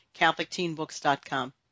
CatholicTeenBooks.com